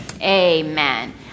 amen